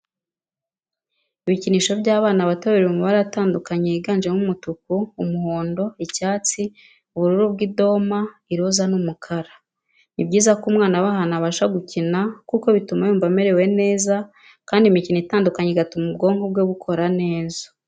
Ibikinisho by'abana bato biri mu mabara atandukanye yiganjemo umutuku, umuhondo, icyatsi, ubururu bw'idoma, iroza n'umukara, Ni byiza ko umwana aba ahantu abasha gukina kuko bituma yumva amerewe neza kandi imikino itandukanye igatuma ubwonko bwe bukora neza.